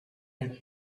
and